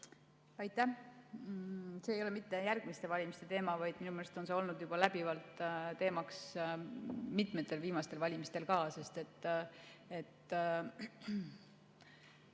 Aitäh! See ei ole mitte järgmiste valimiste teema, vaid minu meelest on see olnud läbiv teema mitmetel viimastel valimistel. Seda